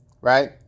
right